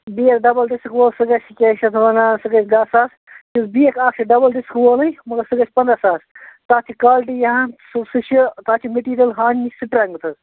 بیٚیہِ حظ double disc وول سُہ گژھِ کیٛاہ چھِ اَتھ وَنان سُہ گَژھِ دَہ ساس یُس بیکھ اَکھ چھُ ڈَبل ڈِسک وولٕے مطلب سُہ گژھِ پنٛداہ ساس تَتھ چھِ کالٹی یہِ ہن سُہ سُہ چھُ تَتھ چھِ مٹیٖریَل ہۄہنٛدِ نِش سٹرٛنٛگٕتھ حظ